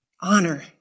honor